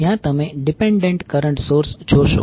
જ્યાં તમે dependent current source જોશો